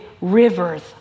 rivers